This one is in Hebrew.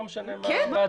לא משנה מה?